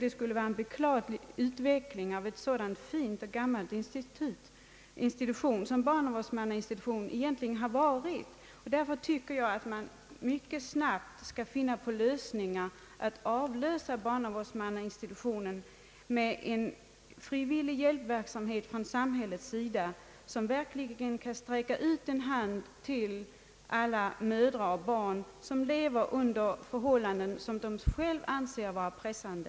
Det skulle vara en beklaglig utveckling av ett sådant gammalt fint institut som barnavårdsmannainstitutionen egentligen har varit. Därför anser jag att man mycket snabbt bör söka finna på lösningar att avlösa barnavårdsmannainstitutionen med en frivillig hjälpverksamhet från samhällets sida, som verkligen kan sträcka ut en hand till alla mödrar och barn som lever under förhållanden som de själva anser vara pressande.